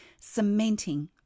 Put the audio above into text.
cementing